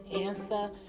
answer